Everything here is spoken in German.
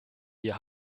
wir